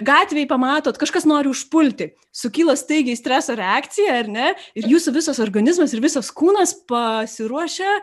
gatvėj pamatot kažkas nori užpulti sukyla staigiai streso reakcija ar ne ir jūsų visas organizmas ir visas kūnas pasiruošia